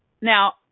Now